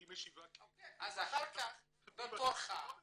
והיא משיבה כן, היא לא מביאה,